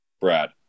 Brad